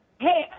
Hey